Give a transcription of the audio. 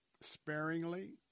sparingly